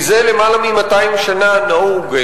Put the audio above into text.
מזה למעלה מ-200 שנה נהוג,